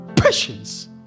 Patience